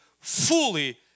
fully